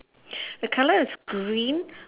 the colour is green